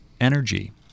energy